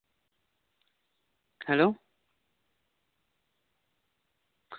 hello